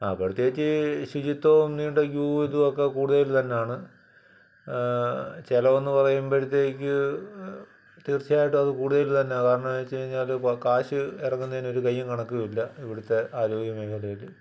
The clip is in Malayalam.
പ്രത്യേകിച്ച് ശുചിത്വവും നീണ്ട ക്യൂവും ഇതുമൊക്കെ കൂടുതല് തന്നാണ് ചെലവെന്ന് പറയുമ്പഴ്ത്തേക്ക് തീർച്ചയായിട്ടും അത് കൂടുതല് തന്നാ കാരണമെന്നുവച്ചുകഴിഞ്ഞാല് കാശ് ഇറങ്ങുന്നതിന് ഒരു കയ്യും കണക്കുമില്ല ഇവിടുത്തെ ആരോഗ്യ മേഖലയില്